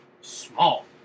small